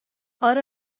اره